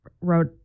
wrote